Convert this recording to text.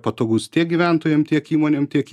patogus tiek gyventojam tiek įmonėm tiek